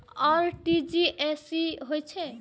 RTGS की होय छै